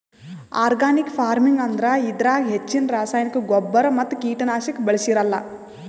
organic farming ಅಂದ್ರ ಇದ್ರಾಗ್ ಹೆಚ್ಚಿನ್ ರಾಸಾಯನಿಕ್ ಗೊಬ್ಬರ್ ಮತ್ತ್ ಕೀಟನಾಶಕ್ ಬಳ್ಸಿರಲ್ಲಾ